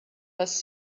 was